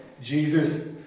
Jesus